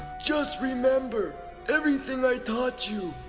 just remember everything i taught you,